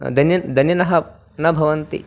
धनं धनिनः न भवन्ति